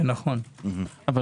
שלום, אני